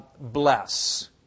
bless